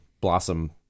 blossom